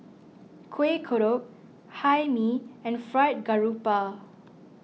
Kueh Kodok Hae Mee and Fried Garoupa